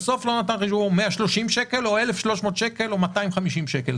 או 130 שקל או 1,300 שקל או 250 שקל.